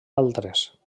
altres